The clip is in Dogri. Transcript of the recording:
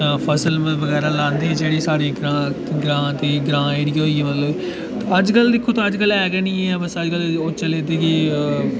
फसल बगैरा लांदे हे जेह्ड़ी साढ़े ग्रांऽ ग्रां जेह्ड़ी होई मतलब अजकल दिक्खो तां अजकल ऐ गै निं ऐ बस अजकल ओह् चले दे कि